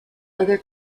other